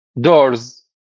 doors